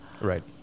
Right